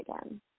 again